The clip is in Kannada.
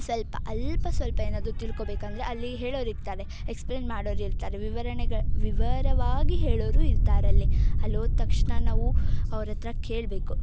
ಸ್ವಲ್ಪ ಅಲ್ಪ ಸ್ವಲ್ಪ ಏನಾದರು ತಿಳ್ಕೊಬೇಕಂದರೆ ಅಲ್ಲಿ ಹೇಳೋರು ಇರ್ತಾರೆ ಎಕ್ಸ್ಪ್ಲೇನ್ ಮಾಡೋರು ಇರ್ತಾರೆ ವಿವರಣೆಗೆ ವಿವರವಾಗಿ ಹೇಳೋರು ಇರ್ತಾರೆ ಅಲ್ಲಿ ಅಲ್ಲಿ ಹೋದ ತಕ್ಷಣ ನಾವು ಅವರ ಹತ್ರ ಕೇಳಬೇಕು